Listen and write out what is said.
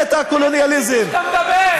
ולהנציח את הקולוניאליזם, אתה מדבר.